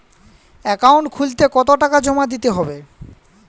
Account খুলতে কতো টাকা জমা দিতে হবে?